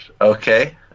Okay